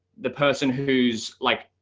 the person who's like,